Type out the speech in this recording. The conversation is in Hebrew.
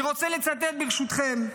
אני רוצה לצטט, ברשותכם,